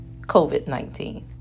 COVID-19